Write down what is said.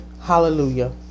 Hallelujah